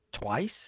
twice